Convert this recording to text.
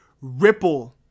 Ripple